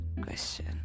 question